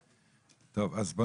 כן, בתקנות חובת המכרזים.